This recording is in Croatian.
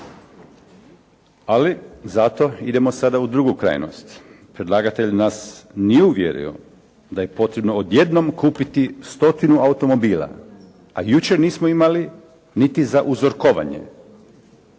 Ali zato idemo sada u drugu krajnost. Predlagatelj nas nije uvjerio da je potrebno odjednom kupiti stotinu automobila. A jučer nismo imali niti za uzorkovanje.